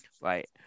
right